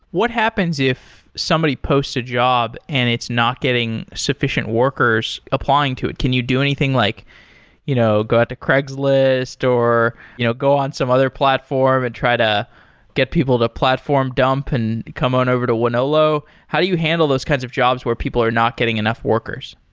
what happens if somebody post a job and it's not getting sufficient workers applying to it. can you do anything like you know go out to craigslist or you know go on some other platform and try to get people to platform dump and come on over to wonolo? how do you handle those kinds of jobs where people are not getting enough workers?